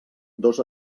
dos